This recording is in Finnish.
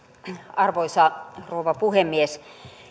arvoisa rouva puhemies